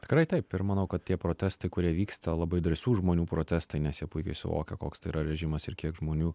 tikrai taip ir manau kad tie protestai kurie vyksta labai drąsių žmonių protestai nes jie puikiai suvokia koks tai yra režimas ir kiek žmonių